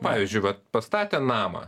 pavyzdžiui vat pastatė namą